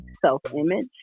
self-image